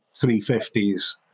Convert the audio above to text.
350s